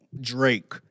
Drake